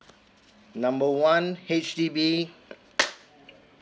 number one H_D_B